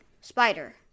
spider